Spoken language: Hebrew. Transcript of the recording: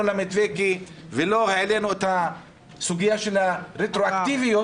למתווה ולא העלינו את הסוגיה של הרטרואקטיביות,